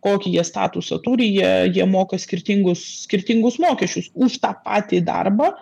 kokį jie statusą turi jie jie moka skirtingus skirtingus mokesčius už tą patį darbą